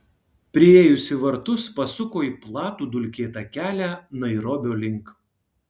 priėjusi vartus pasuko į platų dulkėtą kelią nairobio link